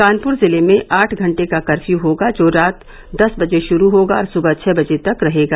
कानपुर जिले में आठ घंटे का कर्फ्यू होगा जो रात दस बजे शुरू होगा और सुबह छह बजे तक रहेगा